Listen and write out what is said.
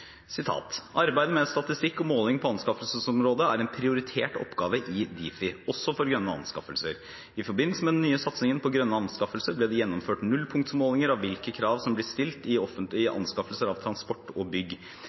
med statistikk og måling på anskaffelsesområdet er en prioritert oppgave i Difi, også for grønne anskaffelser. I forbindelse med den nye satsingen på grønne anskaffelser ble det gjennomført nullpunktsmålinger av hvilke krav som blir stilt i anskaffelser av transport og bygg.